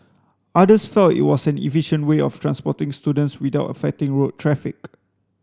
others felt it was an efficient way of transporting students without affecting road traffic